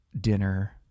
dinner